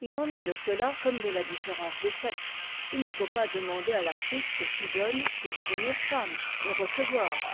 il en est de cela comme de la différence des sexes il ne faut pas demander à l'artiste qui donne de devenir femme de recevoir